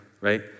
right